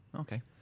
Okay